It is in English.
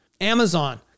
Amazon